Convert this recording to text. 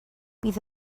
bydd